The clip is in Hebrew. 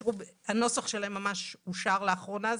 הנוסח שלהם ממש אושר לאחרונה.